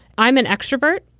i'm an extrovert,